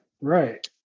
right